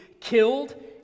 killed